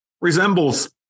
resembles